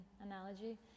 analogy